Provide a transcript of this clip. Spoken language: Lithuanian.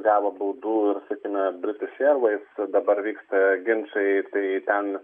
gavo baudų ir sakykime britišservis dabar vyksta ginčai tai ten